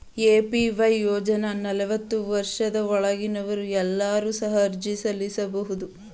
APY ಯೋಜ್ನ ನಲವತ್ತು ವರ್ಷದ ಒಳಗಿನವರು ಎಲ್ಲರೂ ಸಹ ಅರ್ಜಿ ಸಲ್ಲಿಸಬಹುದು